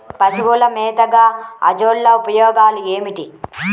పశువుల మేతగా అజొల్ల ఉపయోగాలు ఏమిటి?